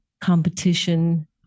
competition